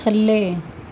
ਥੱਲੇ